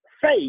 faith